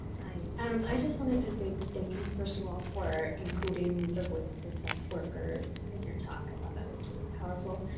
i um i just wanted to say thank you, first of all, for including the voices of sex workers in your talk, i thought that was really powerful.